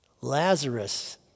Lazarus